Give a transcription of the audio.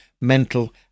mental